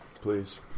please